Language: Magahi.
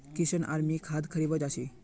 किशन आर मी खाद खरीवा जा छी